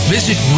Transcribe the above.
Visit